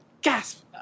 Gasp